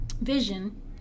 vision